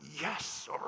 yes